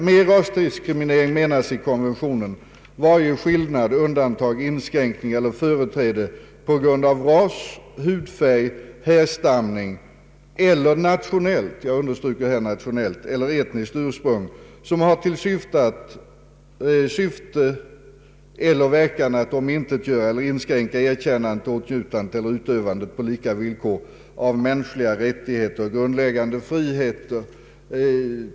Med rasdiskriminering menas i konventionen ”varje skillnad, undantag, inskränkning eller företräde på grund av ras, hudfärg, härstamning eller nationellt” — jag understryker ordet nationellt — ”eller etniskt ursprung som har till syfte eller verkan att omintetgöra eller inskränka erkännandet, åtnjutandet eller utövandet, på lika villkor, av mänskliga rättigheter och grundläggande friheter”.